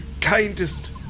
kindest